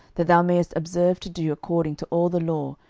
that thou mayest observe to do according to all the law,